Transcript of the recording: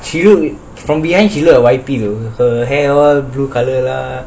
she look from behind she look like Y_P though her hair all blue colour lah